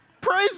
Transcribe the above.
Praise